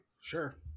sure